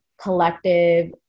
collective